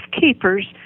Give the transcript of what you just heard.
keepers